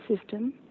system